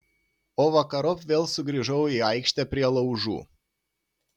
o vakarop vėl sugrįžau į aikštę prie laužų